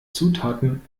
zutaten